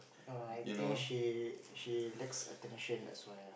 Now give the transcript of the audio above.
err I think she she lacks attention that's why lah